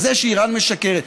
על זה שאיראן משקרת.